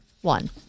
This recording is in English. one